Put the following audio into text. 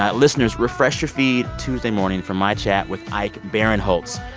ah listeners, refresh your feed tuesday morning for my chat with ike barinholtz.